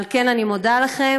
ועל כן אני מודה לכם.